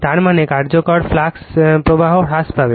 তার মানে কার্যকর ফ্লাক্স প্রবাহ হ্রাস পাবে